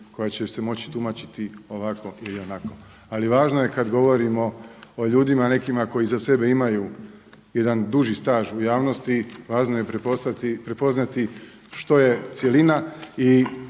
koja će se moći tumačiti ovako ili onako, ali važno je kada govorimo o ljudima nekima koji iza sebe imaju jedan duži staž u javnosti, važno je prepoznati što je cjelina i